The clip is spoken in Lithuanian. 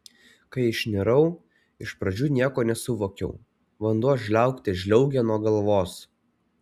kai išnirau iš pradžių nieko nesuvokiau vanduo žliaugte žliaugė nuo galvos